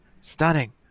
stunning